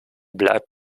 bleibt